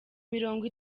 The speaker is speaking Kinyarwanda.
mirongo